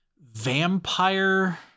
vampire